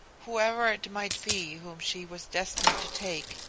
whoever it might be whom she was destined to take,